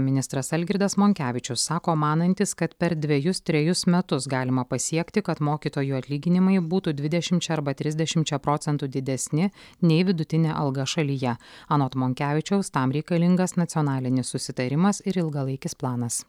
ministras algirdas monkevičius sako manantis kad per dvejus trejus metus galima pasiekti kad mokytojų atlyginimai būtų dvidešimčia arba trisdešimčia procentų didesni nei vidutinė alga šalyje anot monkevičiaus tam reikalingas nacionalinis susitarimas ir ilgalaikis planas